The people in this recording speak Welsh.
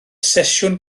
sesiwn